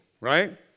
right